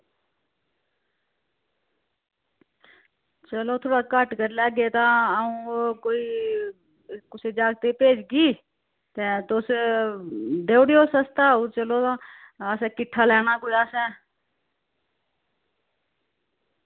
चलो थोह्ड़ा घट कर लैगे तां आऊं कोई कुसे जाकते भेजगी तैं तुस देऊड़ेओ सस्ता होग चलो तां असैं किट्ठा लैना कोई असैं